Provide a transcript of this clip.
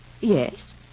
Yes